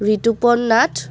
Ritupon Nath